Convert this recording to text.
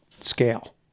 scale